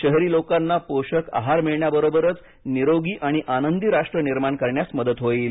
शहरी लोकांना पोषक आहार मिळण्याबरोबरच निरोगी आणि आनंदी राष्ट्र निर्माण करण्यास मदत होईल